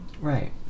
Right